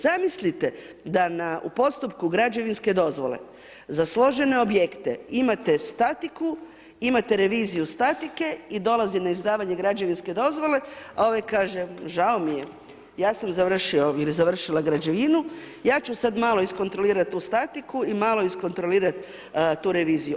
Zamislite da u postupku građevinske dozvole za složene objekte imate statiku, imate reviziju statike i dolazi na izdavanje građevinske dozvole, ovaj kaže, žao mi je, ja sam završio ili završila građevinu, ja ću sad malo izkontrolirati u statiku i mali izkontrolirati tu reviziju.